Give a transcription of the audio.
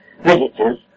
visitors